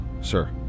sir